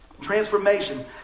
transformation